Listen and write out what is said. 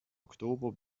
oktober